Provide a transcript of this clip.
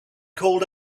called